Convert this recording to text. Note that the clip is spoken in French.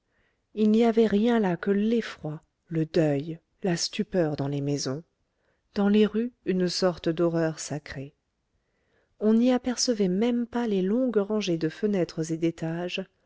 il n'y avait rien là que l'effroi le deuil la stupeur dans les maisons dans les rues une sorte d'horreur sacrée on n'y apercevait même pas les longues rangées de fenêtres et d'étages